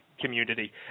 community